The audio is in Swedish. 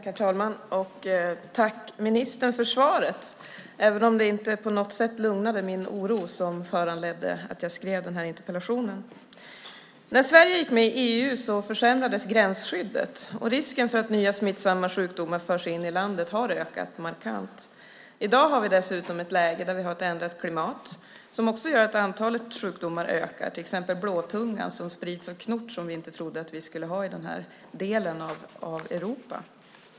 Herr talman! Tack för svaret, ministern, även om det inte på något sätt lugnade min oro som föranledde att jag skrev interpellationen. När Sverige gick med i EU försämrades gränsskyddet. Risken för att nya smittsamma sjukdomar förs in i landet har ökat markant. I dag har vi dessutom ett läge där vi har ett ändrat klimat som gör att antalet sjukdomar ökar, till exempel blåtungan som sprids av knott, som vi inte trodde att vi skulle ha i den här delen av Europa.